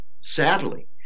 sadly